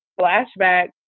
flashback